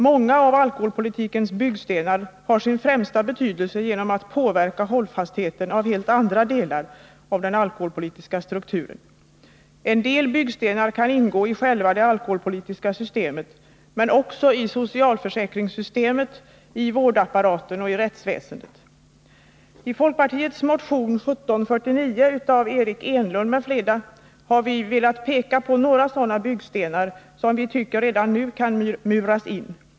Många av alkoholpolitikens byggstenar har sin främsta betydelse genom att påverka hållfastheten i helt andra delar av den alkoholpolitiska strukturen. En del byggstenar kan ingå i själva det alkoholpolitiska systemet men också i socialförsäkringssystemet, i vårdapparaten och i rättsväsendet. I folkpartiets motion 1749 av Eric Enlund m.fl. har vi velat peka på några sådana byggstenar, som vi tycker redan nu kan muras in.